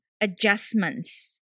adjustments